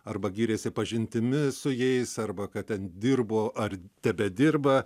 arba giriasi pažintimis su jais arba kad ten dirbo ar tebedirba